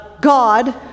God